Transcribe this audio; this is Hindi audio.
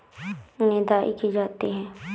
निदाई की जाती है?